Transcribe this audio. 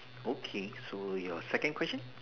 okay so your second question